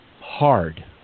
hard